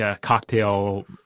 cocktail